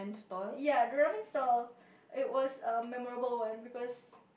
ya the ramen stall it was a memorable one because